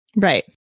Right